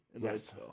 Yes